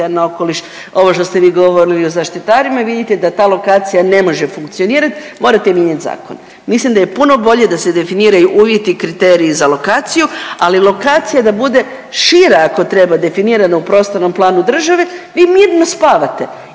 na okoliš, ovo što ste vi govorili o zaštitarima i vidite da ta lokacija ne može funkcionirat, morate mijenjat zakon. Mislim da je puno bolje da se definiraju uvjeti i kriteriji za lokaciju, ali lokacija da bude šira ako treba definirana u prostornom planu države, vi mirno spavate,